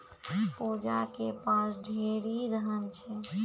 पूजा के पास ढेरी धन छै